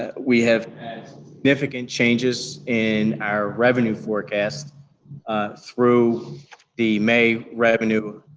ah we have had significant changes in our revenue forecast through the may revenue